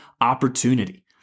opportunity